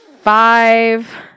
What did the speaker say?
five